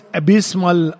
abysmal